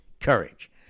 courage